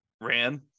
ran